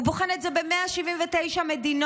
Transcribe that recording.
הוא בוחן את זה ב-179 מדינות,